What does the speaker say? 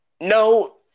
No